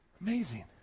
Amazing